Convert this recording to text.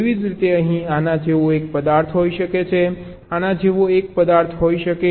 તેવી જ રીતે અહીં આના જેવો એક પદાર્થ હોઈ શકે છે આના જેવો એક પદાર્થ હોઈ શકે છે